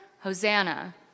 Hosanna